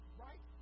right